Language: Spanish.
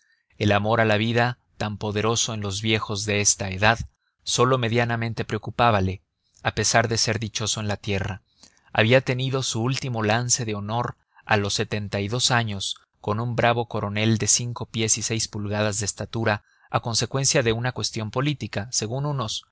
el amor a la vida tan poderoso en los viejos de esta edad sólo medianamente preocupábale a pesar de ser dichoso en la tierra había tenido su último lance de honor a los setenta y dos años con un bravo coronel de cinco pies y seis pulgadas de estatura a consecuencia de una cuestión política según unos